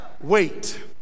Wait